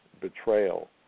betrayal